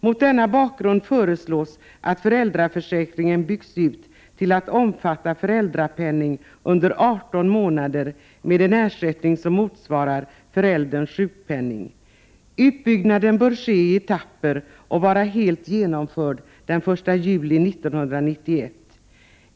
Mot denna bakgrund föreslås att föräldraförsäkringen byggs ut till att omfatta föräldrapenning under 18 månader med en ersättning som motsvarar förälderns sjukpenning. Utbyggnaden bör ske i etapper och vara helt genomförd den 1 juni 1991.